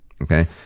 Okay